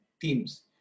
teams